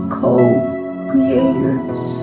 co-creators